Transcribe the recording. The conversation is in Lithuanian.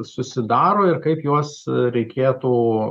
susidaro ir kaip juos reikėtų